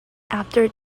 after